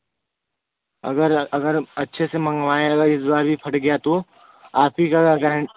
अगर अगर अच्छे से मँगवाए अगर इस बार भी फट गया तो आप ही क्या गारंटी